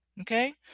Okay